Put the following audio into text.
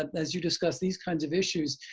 as you discuss these kinds of issues,